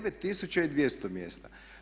9200 mjesta.